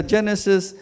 Genesis